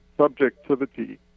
subjectivity